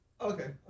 Okay